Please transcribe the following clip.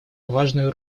важную